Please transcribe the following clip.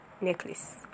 necklace